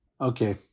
Okay